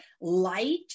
light